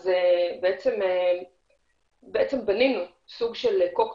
בעצם בנינו סוג של קוקפיט,